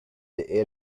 the